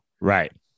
Right